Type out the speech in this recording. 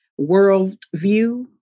worldview